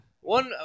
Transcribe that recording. one